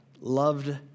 loved